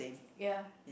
ya